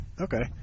Okay